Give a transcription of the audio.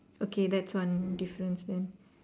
okay that's one difference then